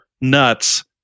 nuts